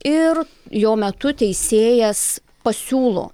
ir jo metu teisėjas pasiūlo